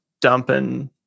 dumping –